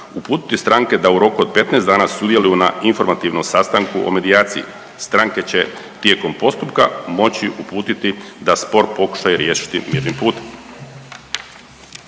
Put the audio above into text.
uputiti stranke da u roku od 15 dana sudjeluju na informativnom sastanku o medijaciji. Stranke će tijekom postupka moći uputiti da spor pokušaju riješiti mirnim putem.